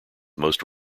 most